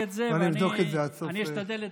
אני אבדוק את זה ואשתדל לתקן.